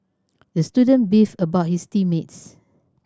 the student beefed about his team mates